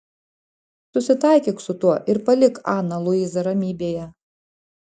susitaikyk su tuo ir palik aną luizą ramybėje